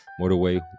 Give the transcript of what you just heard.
Motorway